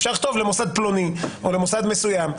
אפשר לכתוב "למוסד פלוני" או "למוסד מסוים".